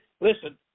Listen